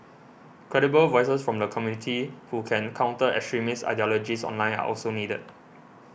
credible voices from the community who can counter extremist ideologies online are also needed